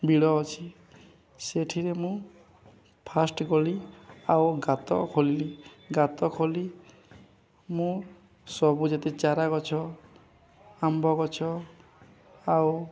ବିଲ ଅଛି ସେଥିରେ ମୁଁ ଫାଷ୍ଟ ଗଲି ଆଉ ଗାତ ଖୋଳିଲି ଗାତ ଖୋଲି ମୁଁ ସବୁ ଯେତେ ଚାରା ଗଛ ଆମ୍ବ ଗଛ ଆଉ